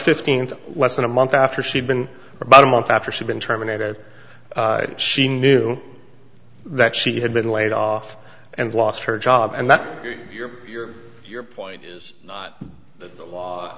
fifteenth less than a month after she'd been about a month after she'd been terminated she knew that she had been laid off and lost her job and that your your your point is not the law